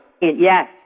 Yes